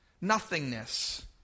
nothingness